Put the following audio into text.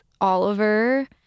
Oliver